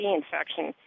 infection